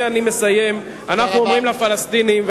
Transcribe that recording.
אנחנו אומרים לפלסטינים,